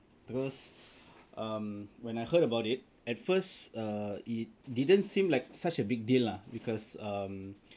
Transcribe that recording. terus um when I heard about it at first err it didn't seem like such a big deal lah because um